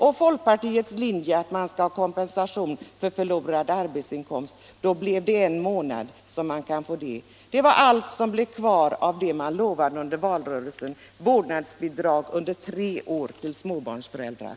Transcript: Och folkpartiets linje med kompensation för förlorad arbetsinkomst blev kompensation under en månad. Det är allt som blev kvar av det man lovade under valrörelsen: vårdnadsbidrag under tre år för småbarnsföräldrar.